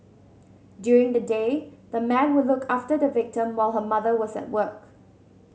during the day the man would look after the victim while her mother was at work